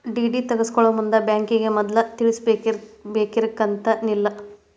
DD ತಗ್ಸ್ಕೊಳೊಮುಂದ್ ಬ್ಯಾಂಕಿಗೆ ಮದ್ಲ ತಿಳಿಸಿರ್ಬೆಕಂತೇನಿಲ್ಲಾ